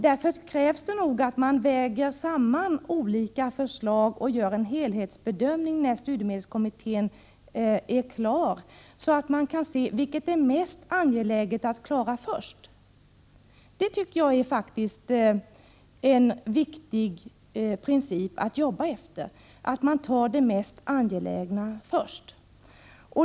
Därför krävs det nog att man väger samman olika förslag och gör en helhetsbedömning när studiemedelskommittén är klar, så att man kan se vilket som är mest angeläget. Jag tycker att det är en viktig princip att man klarar det mest angelägna först.